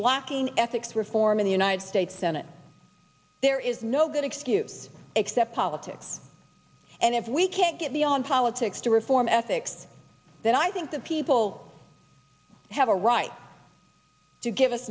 blocking ethics forming the united states senate there is no good excuse except politics and if we can't get beyond politics to reform ethics then i think the people have a right to give us